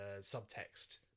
subtext